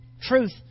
truth